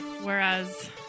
whereas